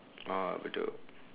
orh bedok